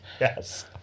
Yes